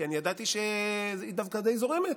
כי אני ידעתי שהיא דווקא די זורמת,